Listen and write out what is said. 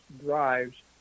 drives